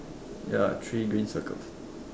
ya three green circles